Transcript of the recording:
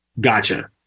Gotcha